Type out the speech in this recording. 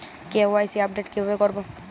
KYC update কিভাবে করবো?